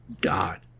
God